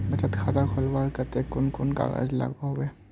बचत खाता खोलवार केते कुन कुन कागज लागोहो होबे?